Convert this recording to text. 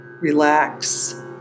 relax